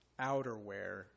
outerwear